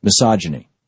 misogyny